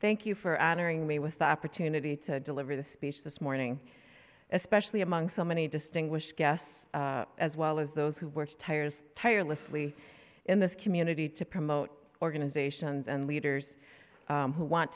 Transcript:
thank you for answering me with the opportunity to deliver the speech this morning especially among so many distinguished guests as well as those who work tires tirelessly in this community to promote organizations and leaders who want